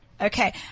Okay